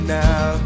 now